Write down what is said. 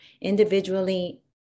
individually